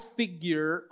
figure